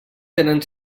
tenen